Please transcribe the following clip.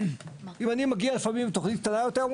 אם אני מגיע לפעמים עם תוכנית קטנה יותר,